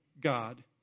God